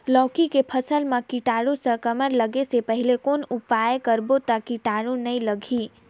लौकी के फसल मां कीटाणु संक्रमण लगे से पहले कौन उपाय करबो ता कीटाणु नी लगही?